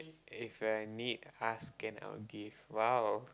if you're in need ask and I'll give !wow!